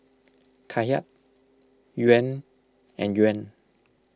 Kyat Yuan and Yuan